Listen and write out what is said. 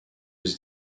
aux